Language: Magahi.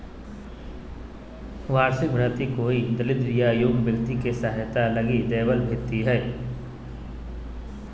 वार्षिक भृति कोई दरिद्र या योग्य व्यक्ति के सहायता लगी दैबल भित्ती हइ